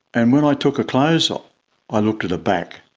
and when i took her clothes off i looked at her back